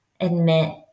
admit